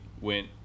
went